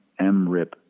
MRIP